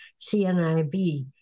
CNIB